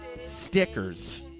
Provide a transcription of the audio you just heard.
Stickers